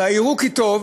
ויראו כי טוב,